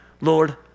Lord